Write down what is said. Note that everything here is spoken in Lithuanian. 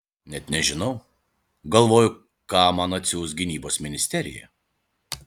net nežinau galvoju ką man atsiųs gynybos ministerija